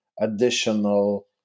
additional